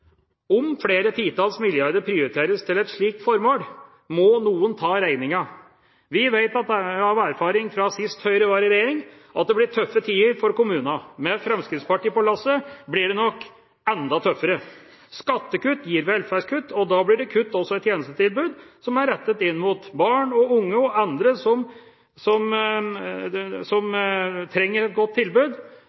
Om flere titalls milliarder prioriteres til et slikt formål, må noen ta regninga. Vi vet av erfaring fra sist gang Høyre var i regjering, at det blir tøffe tider for kommunene. Med Fremskrittspartiet med på lasset blir det nok enda tøffere. Skattekutt gir velferdskutt, og da blir det kutt også i tjenestetilbud som er rettet inn mot barn, unge og andre som trenger et godt tilbud